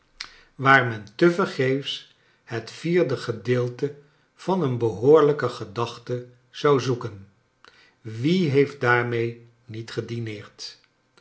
waar men charles dickens te verge efs het vierde gedeelte van een behoorlijke gedachte zou zoeken wie heeft daarmee niet gedineerd